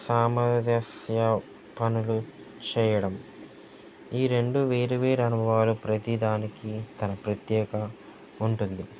సామరస్య పనులు చేయడం ఈ రెండు వేరు వేరు అనుభవాలు ప్రతీ దానికి తన ప్రత్యేకత ఉంటుంది